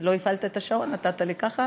לא הפעלת את השעון, נתת לי ככה?